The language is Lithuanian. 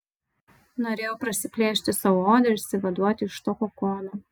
norėjau prasiplėšti sau odą ir išsivaduoti iš to kokono